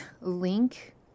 link